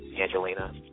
Angelina